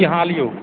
की हाल यौ